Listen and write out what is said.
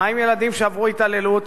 מה עם ילדים שעברו התעללות?